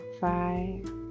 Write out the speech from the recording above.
Five